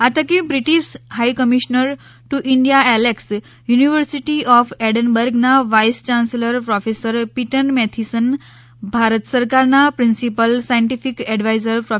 આ તકે British high commissioner to India Alex university of એડન બર્ગના vice chancellor professor Peter Mathieson Bharat સરકારના પ્રિન્સીપલ સાયન્ટીફિક એડવાઇઝર પ્રો